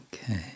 Okay